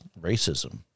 racism